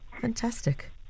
Fantastic